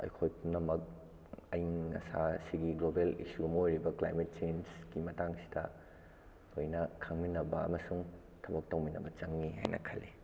ꯑꯩꯈꯣꯏ ꯄꯨꯝꯅꯝꯛ ꯑꯌꯤꯡ ꯑꯁꯥꯁꯤꯒꯤ ꯒ꯭ꯂꯣꯕꯥꯜ ꯏꯁꯨ ꯑꯃ ꯑꯣꯏꯔꯤꯕ ꯀ꯭ꯂꯥꯏꯃꯦꯠ ꯆꯦꯟꯖꯀꯤ ꯃꯇꯥꯡꯁꯤꯗ ꯂꯣꯏꯅ ꯈꯪꯃꯤꯟꯅꯕ ꯑꯃꯁꯨꯡ ꯊꯕꯛ ꯇꯧꯃꯤꯟꯅꯕ ꯆꯪꯉꯤ ꯍꯥꯏꯅ ꯈꯜꯂꯤ